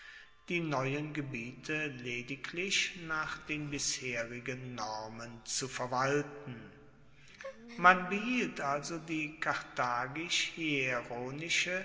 die neuen gebiete lediglich nach den bisherigen normen zu verwalten man behielt also die